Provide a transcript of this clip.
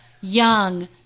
young